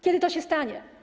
Kiedy to się stanie?